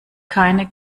keine